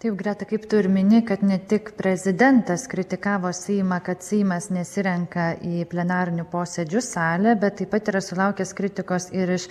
taip greta kaip tu ir mini kad ne tik prezidentas kritikavo seimą kad seimas nesirenka į plenarinių posėdžių salę bet taip pat yra sulaukęs kritikos ir iš